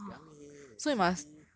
piang eh seriously